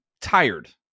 tired